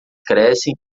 crescem